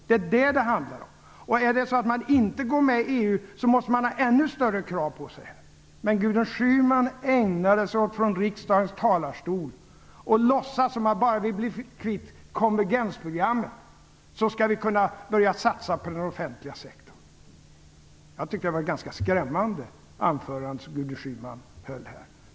Det är vad det handlar om. Går man inte med i EU måste man ha ännu större krav på sig. Men Gudrun Schyman ägnade sig åt att från riksdagens talarstol låtsas att bara vi blir kvitt konvergensprogrammet skall vi kunna börja satsa på den offentliga sektorn. Jag tycker att det var ett ganska skrämmande anförande som Gudrun Schyman höll här.